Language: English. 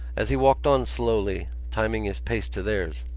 as he walked on slowly, timing his pace to theirs,